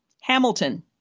Hamilton